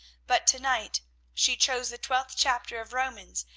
but to-night she chose the twelfth chapter of romans,